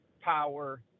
power